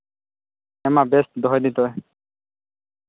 ᱦᱮᱸ ᱢᱟ ᱵᱮᱥ ᱫᱚᱦᱚᱭ ᱫᱟᱹᱧ ᱛᱚᱵᱮ